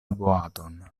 boaton